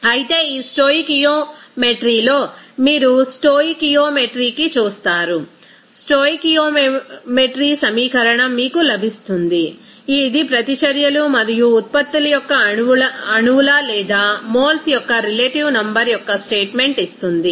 అయితే ఈ స్టోయికియోమెట్రీలో మీరు స్టోయికియోమెట్రీకి చూస్తారు స్టోయికియోమెట్రీ సమీకరణం మీకు లభిస్తుంది ఇది ప్రతిచర్యలు మరియు ఉత్పత్తుల యొక్క అణువుల లేదా మోల్స్ యొక్కరిలేటివ్ నంబర్ యొక్క స్టేట్ మెంట్ ఇస్తుంది